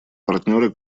партнеры